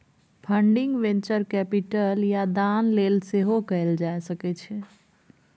funding venture capital या दान लेल सेहो कएल जा सकै छै